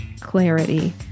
clarity